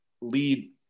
lead